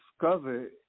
discovered